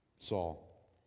Saul